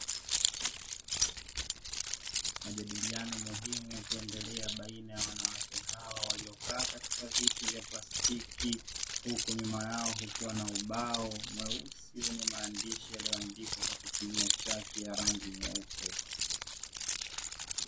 Majadiliano muhimu yakiendelea baina ya wanawake hawa waliokaa katika viti vya plastiki, huku nyuma yao kukiwa na ubao mweusi wenye maandishi yaliyoandikwa kwa kutumia chaki ya rangi nyeupe.